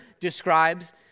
describes